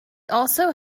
also